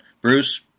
Bruce